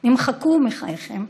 נמחקו מחייכם.